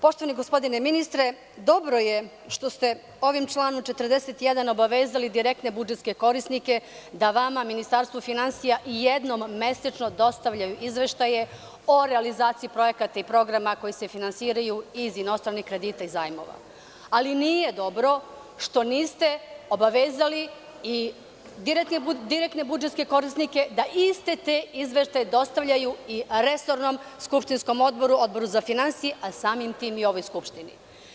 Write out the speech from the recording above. Poštovani gospodine ministre, dobro je što ste ovim članom 41. obavezali direktne budžetske korisnike da vama Ministarstvu finansija jednom mesečno dostavljaju izveštaje o realizaciji projekata i programa koji se finansiraju iz inostranih kredita i zajmova, ali nije dobro što niste obavezali i direktne budžetske korisnike da iste te izveštaje dostavljaju i resornom skupštinskom odboru, Odboru za finansije pa samim tim i Skupštini.